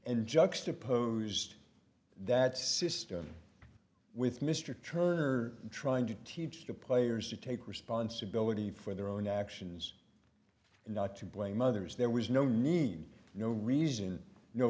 juxtaposed that system with mr turner trying to teach the players to take responsibility for their own actions and not to blame others there was no me no reason no